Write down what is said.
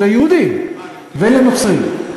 שבהן הוא היה סגור ליהודים ולנוצרים.